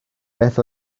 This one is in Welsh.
beth